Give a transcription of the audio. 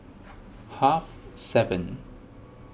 half seven